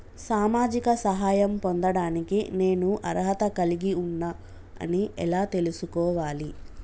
సామాజిక సహాయం పొందడానికి నేను అర్హత కలిగి ఉన్న అని ఎలా తెలుసుకోవాలి?